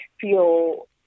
feel